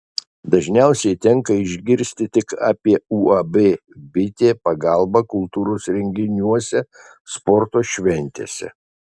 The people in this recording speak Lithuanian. dažniausiai tenka išgirsti tik apie uab bitė pagalbą kultūros renginiuose sporto šventėse